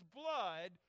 blood